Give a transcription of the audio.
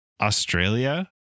Australia